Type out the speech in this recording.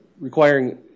requiring